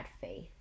faith